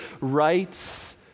rights